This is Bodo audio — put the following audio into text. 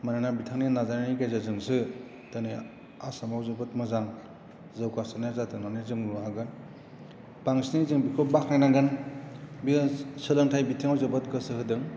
मानोना बिथांनि नाजानायनि गेजेरजोंसो दोनै आसामाव जोबोद मोजां जौगासारनाया जादों होन्नानै जों बुंनो हागोन बांसिनै जों बेखौ बाख्नायनांगोन बियो सोलोंथाय बिथिंआव जोबोद गोसो होदों